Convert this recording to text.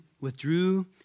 withdrew